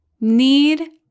Need